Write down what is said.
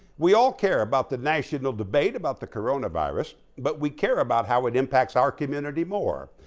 we all care about the national debate about the coronavirus, but we care about how it impacts our community more.